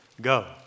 Go